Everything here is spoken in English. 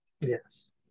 Yes